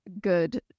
good